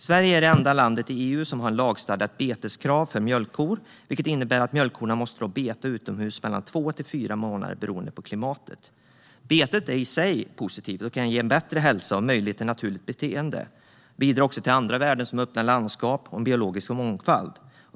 Sverige är det enda landet i EU som har ett lagstadgat beteskrav för mjölkkor. Kravet innebär att korna måste beta utomhus mellan två och fyra månader per år, beroende på klimatet. Bete är i sig positivt och kan ge korna bättre hälsa och möjlighet till naturligt beteende. Det bidrar också till andra värden, som öppna landskap och biologisk mångfald.